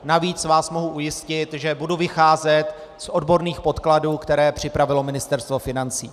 Navíc vás mohu ujistit, že budu vycházet z odborných podkladů, které připravilo Ministerstvo financí.